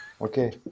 Okay